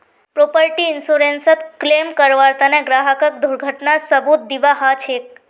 property इन्शुरन्सत claim करबार तने ग्राहकक दुर्घटनार सबूत दीबा ह छेक